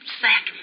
sack